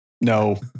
no